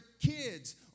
kids